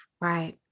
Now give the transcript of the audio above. Right